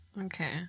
Okay